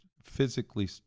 physically